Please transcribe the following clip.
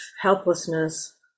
helplessness